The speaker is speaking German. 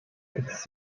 ist